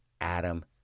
Adam